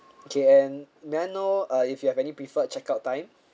okay and may I know uh if you have any preferred check out time